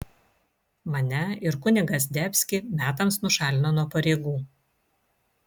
mane ir kunigą zdebskį metams nušalino nuo pareigų